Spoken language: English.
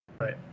Right